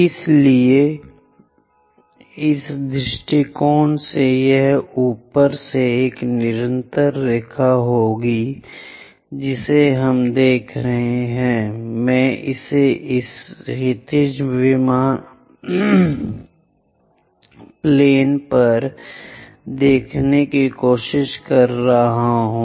इसलिए इस दृष्टिकोण पर यह ऊपर से एक निरंतर रेखा होगी जिसे हम देख रहे हैं मैं इसे इस क्षैतिज विमान पर दिखाने की कोशिश कर रहा हूं